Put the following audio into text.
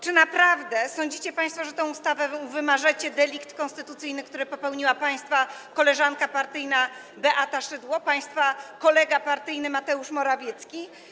Czy naprawdę sądzicie państwo, że tą ustawą wymażecie delikt konstytucyjny, który popełniła państwa koleżanka partyjna Beata Szydło, państwa kolega partyjny Mateusz Morawiecki?